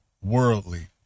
worldly